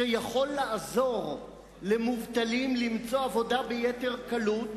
שיכול לעזור למובטלים למצוא עבודה ביתר קלות,